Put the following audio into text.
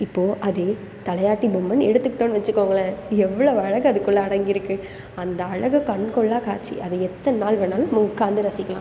இப்போது அதே தலையாட்டி பொம்மைன்னு எடுத்துக்கிட்டோம்ன்னு வெச்சுக்கோங்களேன் எவ்வளவு அழகு அதுக்குள்ளே அடங்கியிருக்கு அந்த அழகை கண்கொள்ளா காட்சி அது எத்தன நாள் வேணுனாலும் மு உக்கார்ந்து ரசிக்கலாம்